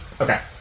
Okay